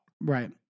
Right